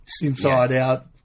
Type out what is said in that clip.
Inside-out